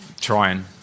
trying